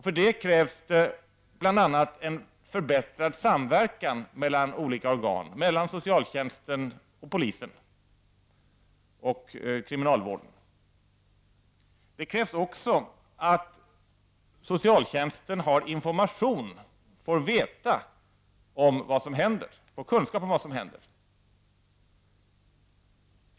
För detta krävs bl.a. en förbättrad samverkan mellan olika organ — mellan socialtjänsten, polisen och kriminalvården. Det krävs också att socialtjänsten får information och får veta vad som händer.